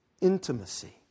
intimacy